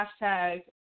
hashtag